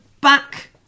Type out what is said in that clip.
back